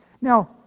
Now